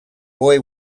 boy